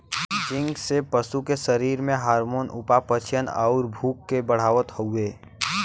zinc से पशु के शरीर में हार्मोन, उपापचयन, अउरी भूख के बढ़ावत हवे